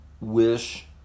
wish